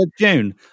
June